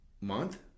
month